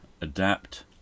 Adapt